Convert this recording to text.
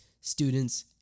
students